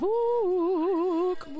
Book